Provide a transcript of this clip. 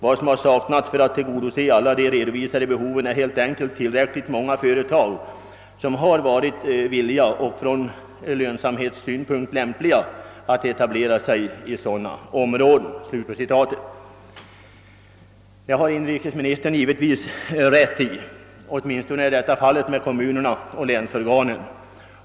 Vad som har saknats för att kunna tillgodose alla de redovisade behoven är helt enkelt tillräckligt många företag som varit villiga och från lönsamhetssynpunkt lämpliga att etablera sig i sådana områden.» Detta har inrikesministern givetvis rätt i — åtminstone är detta fallet beträffande kommunerna och länsorganen.